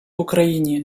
україні